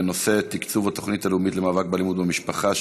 בנושא תקצוב התוכנית הלאומית למאבק באלימות במשפחה,